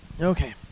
Okay